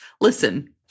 listen